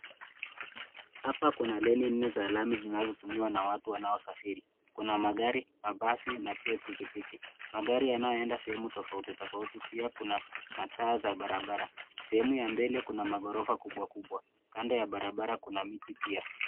Hapa kuna leni nne za lami zinazotumiwa na watu wanao safiri. Kuna magari, mabasi na pia pikipiki. Magari yanayoenda sehemu tofauti tofauti. Pia kuna mataa za barabara. Sehemu ya mbele kuna maghorofa kubwa kubwa. Kando ya barabara kuna miti pia.